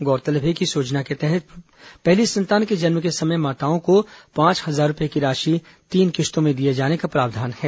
गौरतलब है कि इस योजना के तहत पहली संतान के जन्म के समय माताओं को पांच हजार रूपए की राशि तीन किश्तों में दिए जाने का प्रावधान है